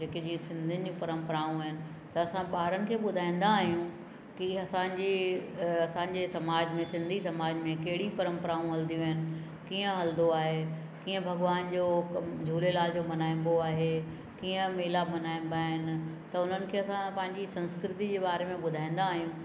जेके जीअं सिंधियुनि जी परंपराऊं आहिनि त असां ॿारनि खे ॿुधाईंदा आहियूं की असांजी असांजे समाज में सिंधी समाज में कहिड़ी परंपराऊं हलंदियूं आहिनि कीअं हलंदो आहे कीअं भॻिवान जो कमु झूलेलाल जो मल्हाइबो आहे कीअं मेला मल्हाइबा आहिनि त उन्हनि खे असां पंहिंजी संस्कृति जे बारे में ॿुधाईंदा आहियूं